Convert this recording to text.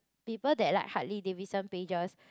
people that like Harley Davidson pages